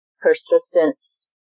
persistence